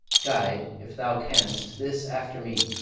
guide, if thou canst, this after me.